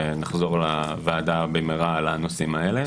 ונחזור לוועדה במהרה עם הנושאים האלה.